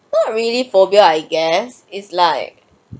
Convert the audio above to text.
not really phobia I guess it's like